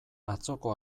atzoko